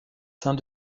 saint